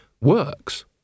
works